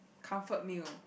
comfort meal